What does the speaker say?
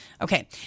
Okay